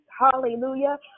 hallelujah